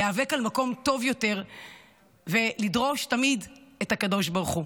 להיאבק על מקום טוב יותר ולדרוש תמיד את הקדוש ברוך הוא.